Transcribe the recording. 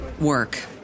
work